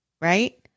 right